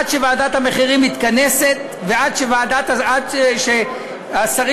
עד שוועדת המחירים מתכנסת ועד שהשרים